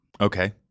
Okay